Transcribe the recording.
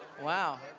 wow.